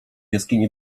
jaskini